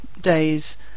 days